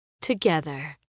together